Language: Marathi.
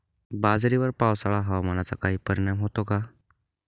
बाजरीवर पावसाळा हवामानाचा काही परिणाम होतो का?